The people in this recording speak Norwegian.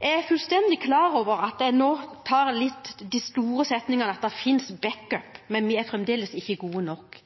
Jeg er fullstendig klar over at jeg nå tar de litt store setningene, og at det finnes backup, men vi er fremdeles ikke gode nok.